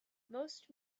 most